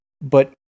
But-